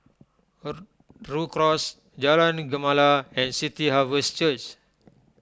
Rhu Cross Jalan Ni Gemala and City Harvest Church